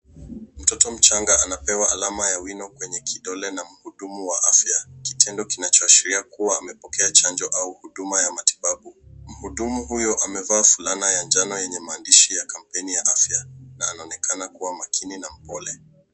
Mtoto mchanga anapewa alama ya wino kwenye kidolo na mhudumu wa afya. Kitendo kinacho ashiria kuwa amepokea chanjo au huduma ya matibabu. Mhudumu huyo amevaa vulana ya njano wenye maandishi ya kampeni wa afya na anaonekana kuwa makini na mpole.